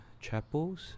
Chapels